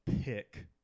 pick